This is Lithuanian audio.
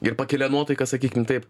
ir pakilią nuotaiką sakykim taip